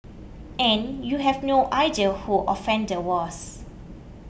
and you have no idea who offender was